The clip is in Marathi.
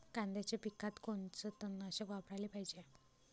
कांद्याच्या पिकात कोनचं तननाशक वापराले पायजे?